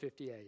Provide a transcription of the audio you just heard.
58